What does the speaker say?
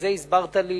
את זה הסברת לי